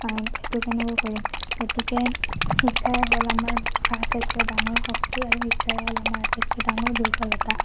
সেইটো কেনেকে কৰিম গতিকে শিক্ষাই হ'ল আমাৰ আটাইতকৈ ডাঙৰ শক্তি আৰু শিক্ষাই হ'ল আমাৰ আটাইতকৈ ডাঙৰ দুৰ্বলতা